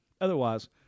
Otherwise